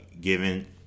given –